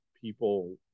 people